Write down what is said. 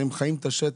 כי הם חיים את השטח.